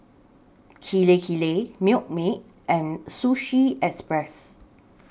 Kirei Kirei Milkmaid and Sushi Express